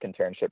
internship